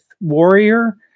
Warrior